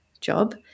job